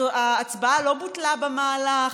ההצבעה לא בוטלה במהלך,